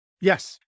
Yes